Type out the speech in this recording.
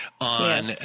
on